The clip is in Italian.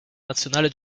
nazionale